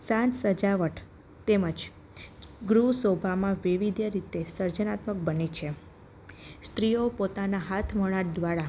સાજ સજાવટ તેમજ ગૃહ શોભામાં વિવિધ રીતે સર્જનાત્મક બને છે સ્ત્રીઓ પોતાનાં હાથવણાટ દ્વારા